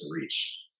reach